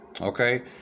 okay